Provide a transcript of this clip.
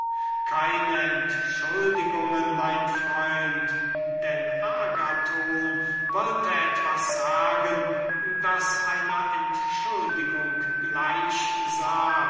keine entschuldigungen mein freund denn agathon wollte etwas sagen das einer entschuldigung gleich